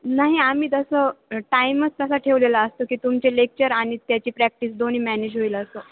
नाही आम्ही तसं टाईमच तसा ठेवलेला असतो की तुमचे लेक्चर आणि त्याची प्रॅक्टिस दोन्ही मॅनेज होईल असं